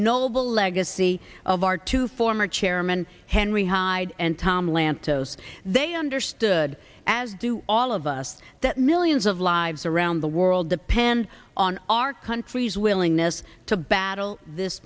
noble legacy of our two former chairman henry hyde and tom lantos they understood as do all of us that millions of lives around the world depend on our country's willingness to battle this